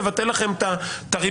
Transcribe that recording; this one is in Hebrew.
נבטל לכם את הריביות,